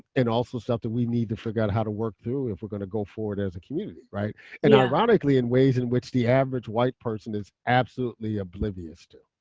and also something we need to figure out how to work through if we're going to go forward as a community. and ironically, in ways in which the average white person is absolutely oblivious to.